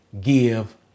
Give